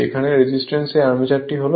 এখানে রেজিস্ট্যান্সের এই আর্মেচারটি হল ra